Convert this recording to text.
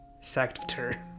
Sector